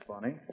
funny